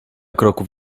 kroków